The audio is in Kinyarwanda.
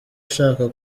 ushaka